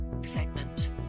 Segment